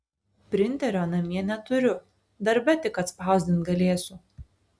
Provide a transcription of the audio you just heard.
printerio namie neturiu darbe tik atspausdint galėsiu